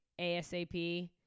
ASAP